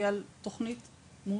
היא על תוכנית מאושרת.